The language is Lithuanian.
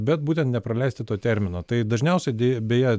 bet būtent nepraleisti to termino tai dažniausiai beje